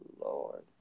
Lord